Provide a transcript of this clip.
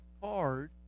card